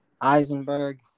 Eisenberg